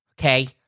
okay